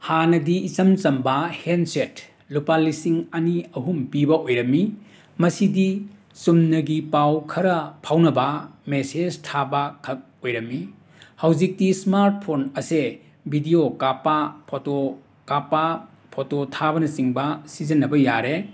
ꯍꯥꯟꯅꯗꯤ ꯏꯆꯝ ꯆꯝꯕ ꯍꯦꯟꯁꯦꯠ ꯂꯨꯄꯥ ꯂꯤꯁꯤꯡ ꯑꯅꯤ ꯑꯍꯨꯝ ꯄꯤꯕ ꯑꯣꯏꯔꯝꯃꯤ ꯃꯁꯤꯗꯤ ꯆꯨꯝꯅꯒꯤ ꯄꯥꯎ ꯈꯔ ꯐꯥꯎꯅꯕ ꯃꯦꯁꯦꯁ ꯊꯥꯕꯈꯛ ꯑꯣꯏꯔꯝꯃꯤ ꯍꯧꯖꯤꯛꯇꯤ ꯁ꯭ꯃꯥꯔꯠ ꯐꯣꯟ ꯑꯁꯦ ꯕꯤꯗꯤꯌꯣ ꯀꯥꯞꯄ ꯐꯣꯇꯣ ꯀꯥꯞꯄ ꯐꯣꯇꯣ ꯊꯥꯕꯅꯆꯤꯡꯕ ꯁꯤꯖꯤꯟꯅꯕ ꯌꯥꯔꯦ